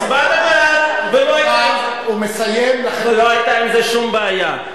הצבעת בעד, ולא היתה עם זה שום בעיה.